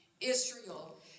Israel